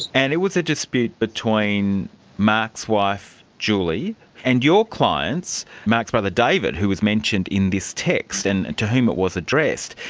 and it was a dispute between mark's wife julie and your clients, mark's brother david who was mentioned in this text and and to whom it was addressed.